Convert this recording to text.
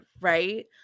right